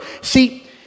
See